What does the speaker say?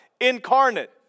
incarnate